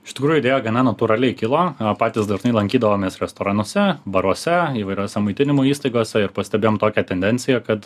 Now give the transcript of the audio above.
iš tikrųjų idėja gana natūraliai kilo a patys dažnai lankydavomės restoranuose baruose įvairiose maitinimo įstaigose ir pastebėjom tokią tendenciją kad